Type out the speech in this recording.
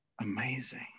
amazing